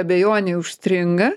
abejonėj užstringa